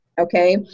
Okay